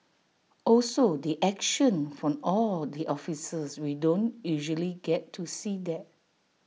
also the action from all the officers we don't usually get to see that